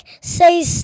say